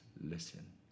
listen